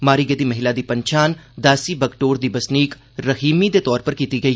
मारी गेदी महिला दी पंछान दासी बगटोर दी बसनीक रहीमी दे तौर उप्पर कीती गेई